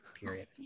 period